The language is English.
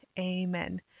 amen